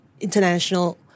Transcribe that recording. international